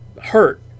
Hurt